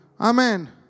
Amen